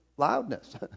loudness